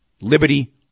liberty